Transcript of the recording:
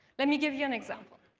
let me give you an example.